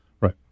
Right